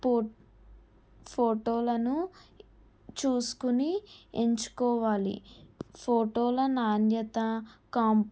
ఫ ఫోటోలను చూసుకుని ఎంచుకోవాలి ఫోటోల నాణ్యత కాం